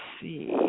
see